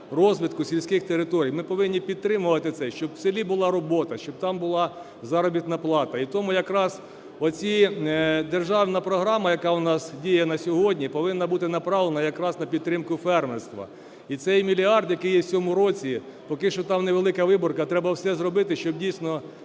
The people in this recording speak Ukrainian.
розвитку сільських територій. Ми повинні підтримувати це, щоб у селі була робота, щоб там була заробітна плата. І тому якраз оця державна програма, яка у нас діє на сьогодні, повинна бути, направлена якраз на підтримку фермерства. І цей мільярд, який є в цьому році, поки що там невелика виборка, треба все зробити, щоб, дійсно,